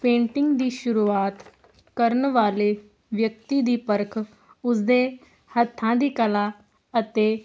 painting ਦੀ ਸ਼ੁਰੂਆਤ ਕਰਨ ਵਾਲੇ ਵਿਅਕਤੀ ਦੀ ਪਰਖ ਉਸਦੇ ਹੱਥਾਂ ਦੀ ਕਲਾ ਅਤੇ